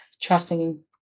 trusting